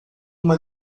uma